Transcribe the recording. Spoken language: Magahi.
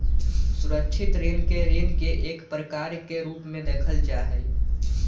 सुरक्षित ऋण के ऋण के एक प्रकार के रूप में देखल जा हई